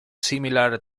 similar